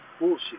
bullshit